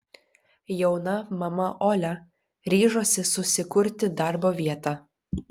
jauna mama olia ryžosi susikurti darbo vietą